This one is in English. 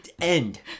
end